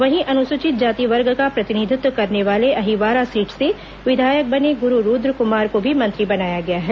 वहीं अनुसूचित जाति वर्ग का प्रतिनिधित्व करने वाले अहिवारा सीट से विधायक बने गुरू रूदकुमार को भी मंत्री बनाया गया है